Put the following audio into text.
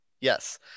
Yes